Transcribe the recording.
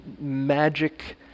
magic